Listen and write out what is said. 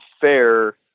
fair